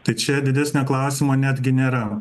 tai čia didesnio klausimo netgi nėra